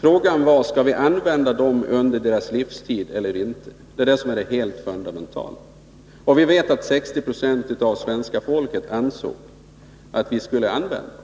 Frågan var om vi skulle använda dem under deras livstid eller inte. Vi vet att 60 20 av svenska folket ansåg att vi skulle använda dem.